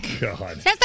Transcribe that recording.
God